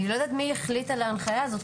אני לא יודעת מי נתן את ההנחיה הזאת.